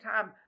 time